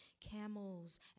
camels